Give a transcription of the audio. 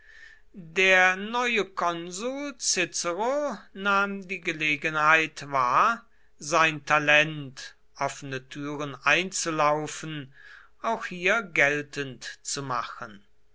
der neue konsul cicero nahm die gelegenheit wahr sein talent offene türen einzulaufen auch hier geltend zu machen